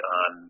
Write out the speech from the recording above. on